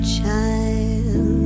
Child